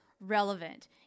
relevant